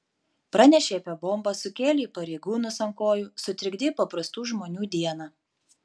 pranešei apie bombą sukėlei pareigūnus ant kojų sutrikdei paprastų žmonių dieną